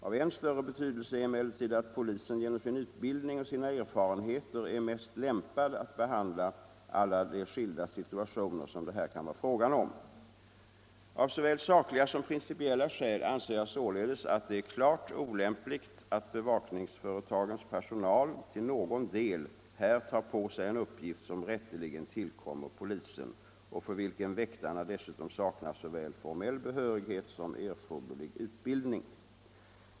Av än större betydelse är emellertid att polisen genom sin utbildning och sina erfarenheter är mest lämpad att behandla alla de skilda situationer som det här kan vara fråga om. Av såväl sakliga som principiella skäl anser jag således att det är klart olämpligt att bevakningsföretagens personal till någon del här tar på sig en uppgift som rätteligen tillkommer polisen och för vilken väktarna dessutom saknar såväl formell behörighet som erforderlig utbildning.